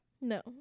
No